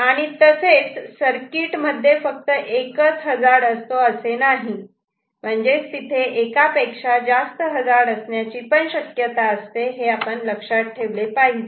आणि तसेच सर्किट मध्ये फक्त एकच हजार्ड असते असे नाही म्हणजेच तिथे एकापेक्षा जास्त हजार्ड असण्याची शक्यता असते हे आपण लक्षात ठेवले पाहिजे